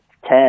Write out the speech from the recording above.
ten